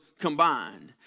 combined